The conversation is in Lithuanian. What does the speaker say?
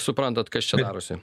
suprantat kas čia darosi